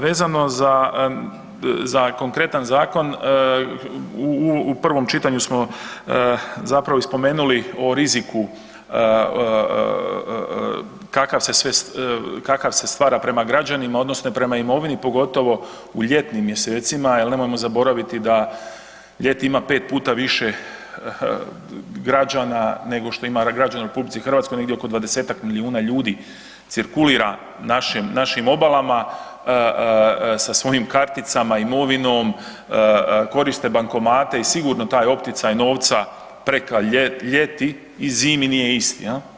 Vezano za, za konkretan zakon u prvom čitanju smo zapravo i spomenuli o riziku kakav se stvara prema građanima odnosno prema imovini, pogotovo u ljetnim mjesecima jel nemojmo zaboraviti da ljeti ima 5 puta više građana nego što ima građana u RH, negdje oko 20-tak milijuna ljudi cirkulira našim, našim obalama sa svojim karticama, imovinom, koriste bankomate i sigurno taj opticaj novca preko ljeti i zimi nije isti jel.